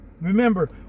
remember